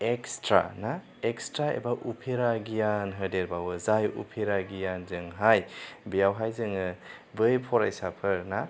extra ना extra एबा उफेरा गियान होदेर बावो जाय उफेरा गियानजों हाय बेवहाय जोङो बै फरायसाफोर ना